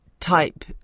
type